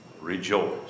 Rejoice